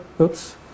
Oops